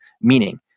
Meaning